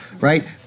Right